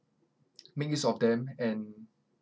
make use of them and